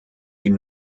die